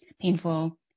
painful